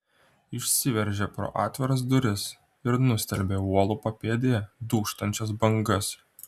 išsiveržė pro atviras duris ir nustelbė uolų papėdėje dūžtančias bangas